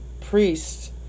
priests